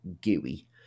gooey